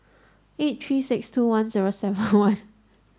eight three six two one zero seven one